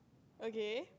okay